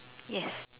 yes